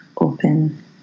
open